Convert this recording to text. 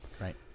Right